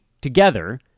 together